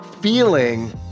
feeling